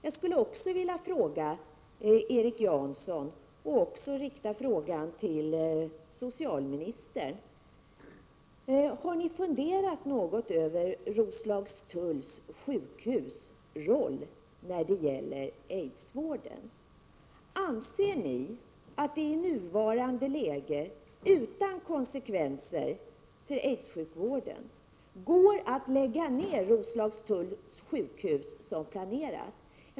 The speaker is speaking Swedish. Jag skulle också vilja fråga Erik Janson, och riktar frågan även till socialministern: Har ni funderat något över Roslagstulls sjukhus roll när det gäller aidsvården? Anser ni att det i nuvarande läge utan konsekvenser för aidssjukvården går att lägga ned Roslagstulls sjukhus som planerat?